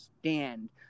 stand